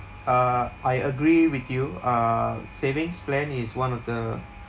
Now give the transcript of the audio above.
uh I agree with you uh savings plan is one of the